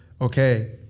okay